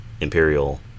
Imperial